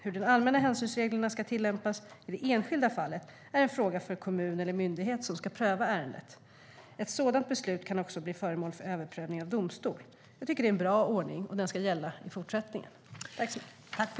Hur de allmänna hänsynsreglerna ska tillämpas i det enskilda fallet är en fråga för den kommun eller myndighet som ska pröva ärendet. Ett sådant beslut kan också bli föremål för överprövning av domstol. Jag tycker att det är en bra ordning, och den ska gälla i fortsättningen.